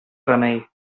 remei